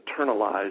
internalized